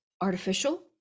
artificial